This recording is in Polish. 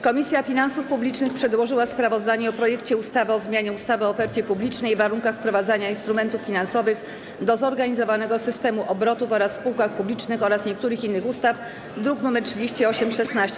Komisja Finansów Publicznych przedłożyła sprawozdanie o projekcie ustawy o zmianie ustawy o ofercie publicznej i warunkach wprowadzania instrumentów finansowych do zorganizowanego systemu obrotu oraz o spółkach publicznych oraz niektórych innych ustaw, druk nr 3816.